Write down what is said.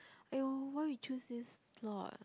!aiyo! why you choose this slot